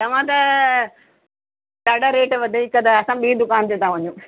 तव्हां त ॾाढा रेट वधीक असां ॿी दुकानु ते था वञू